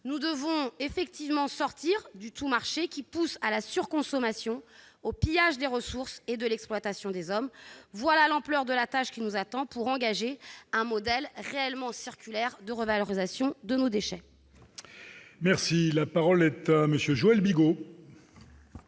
Nous devons effectivement sortir du tout-marché, qui pousse à la surconsommation, au pillage des ressources et à l'exploitation des hommes. Voilà l'ampleur de la tâche qui nous attend pour engager un modèle réellement circulaire de revalorisation de nos déchets. La parole est à M. Joël Bigot,